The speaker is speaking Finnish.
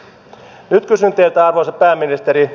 nyt kysyn teiltä arvoisa pääministeri